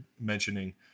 mentioning